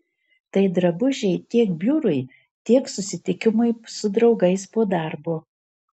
tai drabužiai tiek biurui tiek susitikimui su draugais po darbo